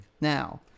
Now